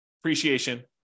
appreciation